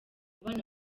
abana